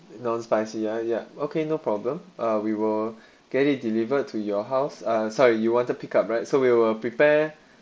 non spicy ah ya okay no problem uh we will get it delivered to your house uh sorry you want to pick up right so we will prepare